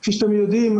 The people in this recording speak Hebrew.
כפי שאתם יודעים,